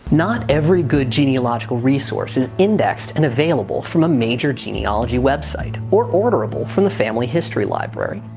not every good genealogical resource is indexed and available from a major genealogy website, or orderable from the family history library,